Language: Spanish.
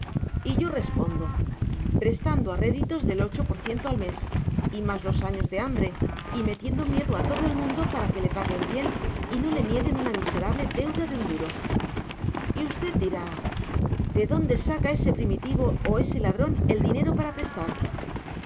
y yo respondo prestando a réditos del ocho por ciento al mes y más los años de hambre y metiendo miedo a todo el mundo para que le paguen bien y no le nieguen una miserable deuda de un duro y usted dirá de dónde saca ese primitivo o ese ladrón el dinero para prestar